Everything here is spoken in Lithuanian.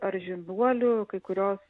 ar žinduolių kai kurios